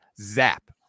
zap